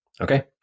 Okay